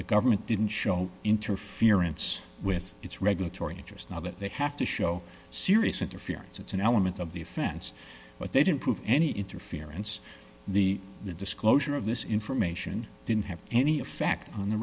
the government didn't show interference with its regulatory interest now that they have to show serious interference it's an element of the offense but they didn't prove any interference the the disclosure of this information didn't have any effect on the